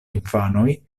infanoj